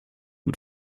mit